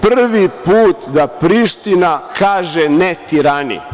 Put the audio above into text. Prvi put da Priština kaže ne Tirani.